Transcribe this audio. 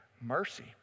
mercy